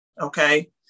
Okay